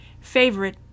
favorite